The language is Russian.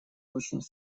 очень